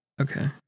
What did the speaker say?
Okay